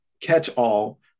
catch-all